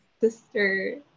sister